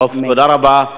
תודה רבה.